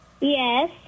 Yes